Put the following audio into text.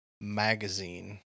Magazine